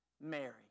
Mary